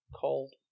called